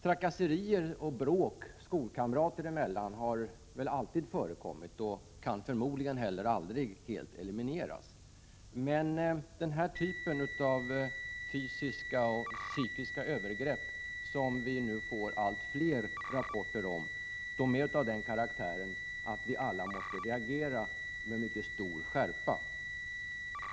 Trakasserier och bråk skolkamrater emellan har väl alltid förekommit och kan förmodligen aldrig helt elimineras. Men den här typen av fysiska och psykiska övergrepp som vi nu får allt fler rapporter om är av den karaktären att alla måste reagera med mycket stor skärpa.